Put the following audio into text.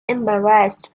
embarrassed